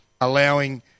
allowing